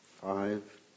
Five